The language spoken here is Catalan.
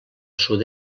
sud